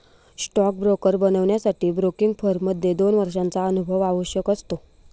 stock broker बनण्यासाठी broking firm मध्ये दोन वर्षांचा अनुभव आवश्यक असतो